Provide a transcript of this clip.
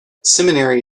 seminary